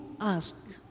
ask